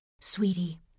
Sweetie